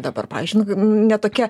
dabar pavyzdžiui ne tokia